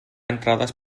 entrades